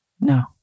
No